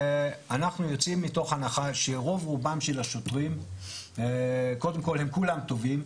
אנחנו יוצאים מתוך הנחה שרוב רובם של השוטרים קודם כל הם כולם טובים.